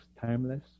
timeless